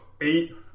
eight